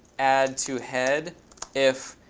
add to head if